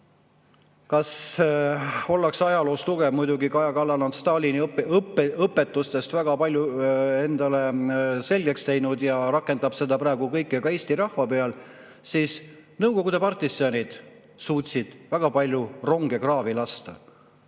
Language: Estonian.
kas ollakse ajaloos tugev. Muidugi, Kaja Kallas on Stalini õpetustest väga palju endale selgeks teinud ja rakendab seda kõike praegu ka Eesti rahva peal. Nõukogude partisanid suutsid väga palju ronge kraavi lasta,